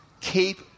keep